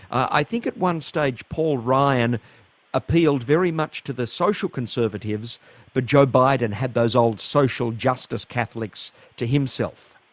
i think at one stage paul ryan appealed very much to the social conservatives but joe biden had those old social justice catholics to himself.